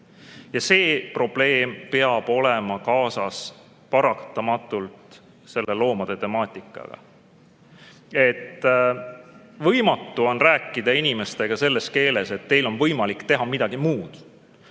Ja see probleem peab paratamatult olema kaasas ka selle loomade temaatikaga. Võimatu on rääkida inimestega selles keeles, et teil on võimalik teha midagi muud.